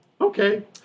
Okay